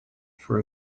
for